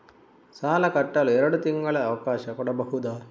ಸಾಲ ಕಟ್ಟಲು ಎರಡು ತಿಂಗಳ ಅವಕಾಶ ಕೊಡಬಹುದಾ?